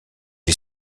est